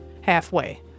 halfway